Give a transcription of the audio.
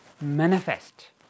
manifest